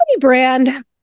brand